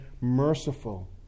merciful